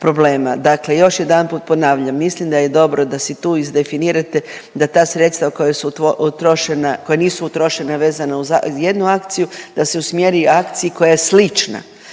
dakle još jedanput ponavljam, mislim da je dobro da si tu izdefinirate da ta sredstva koja su utrošena, koja nisu utrošena vezana uz jednu akciju da se usmjeri akciji koja je slična,